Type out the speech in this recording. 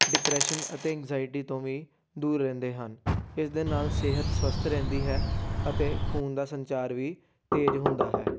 depression ਅਤੇ anxiety ਤੋਂ ਵੀ ਦੂਰ ਰਹਿੰਦੇ ਹਨ ਇਸ ਦੇ ਨਾਲ ਸਿਹਤ ਸਵੱਸਥ ਰਹਿੰਦੀ ਹੈ ਅਤੇ ਖੂਨ ਦਾ ਸੰਚਾਰ ਵੀ ਤੇਜ਼ ਹੁੰਦਾ ਹੈ